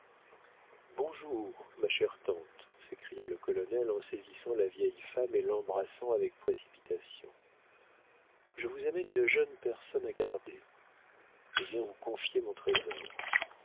bonjour ma chère tante s'écria le colonel en saisissant la vieille femme et l'embrassant avec précipitation je vous amène une jeune personne à garder je viens vous confier mon trésor